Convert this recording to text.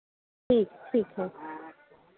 ठीक ठीक है